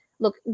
look